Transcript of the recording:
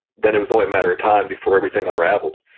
then it was only a matter of time before everything unraveled.